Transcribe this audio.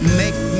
make